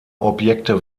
objekte